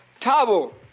Tabo